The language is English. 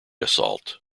assault